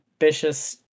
ambitious